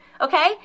okay